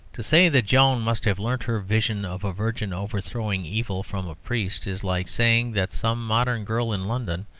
to say that joan must have learnt her vision of a virgin overthrowing evil from a priest, is like saying that some modern girl in london,